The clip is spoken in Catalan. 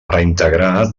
reintegrar